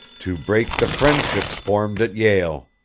to break the friendships formed at yale.